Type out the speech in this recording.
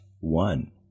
one